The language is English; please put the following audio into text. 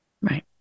right